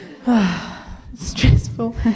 stressful